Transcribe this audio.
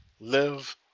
live